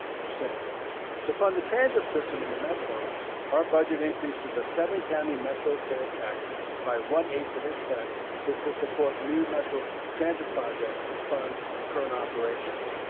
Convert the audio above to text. to fund the transit system in the metro our budget increases of seven county metro sales tax by one eight of a cent which will support new metro transit projects and fund current operations.